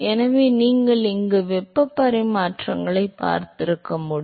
எனவே நீங்கள் இந்த வெப்பப் பரிமாற்றிகளைப் பார்த்திருக்க வேண்டும்